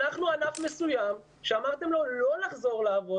אנחנו ענף מסוים שאמרתם לו לא לחזור לעבוד